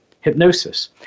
hypnosis